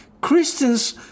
Christians